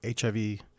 HIV